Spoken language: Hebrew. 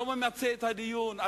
לא ממצה את הדיון,